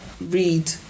read